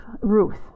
Ruth